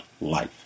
life